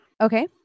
Okay